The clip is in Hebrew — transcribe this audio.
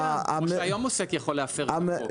איך אדע --- גם היום עוסק יכול להפר את החוק.